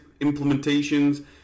implementations